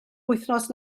wythnos